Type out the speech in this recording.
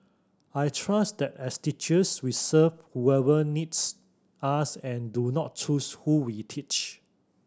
I trust that as teachers we serve whoever needs us and do not choose who we teach